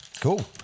Cool